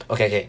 okay okay